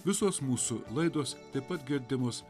visos mūsų laidos taip pat girdimos